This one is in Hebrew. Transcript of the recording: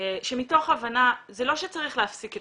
שמתוך הבנה זה לא שצריך להפסיק את